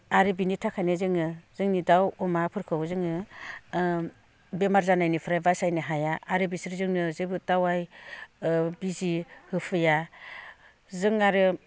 आरो बेनि थाखायनो जोङो जोंनि दाउ अमाफोरखौबो जोङो बेमार जानायनिफ्राय बासायनो हाया आरो बिसोर जोंनो जेबो दावाय बिजि होफैया जों आरो